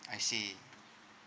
I see